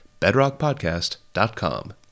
bedrockpodcast.com